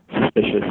suspicious